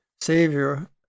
savior